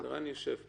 אז ערן יושב פה.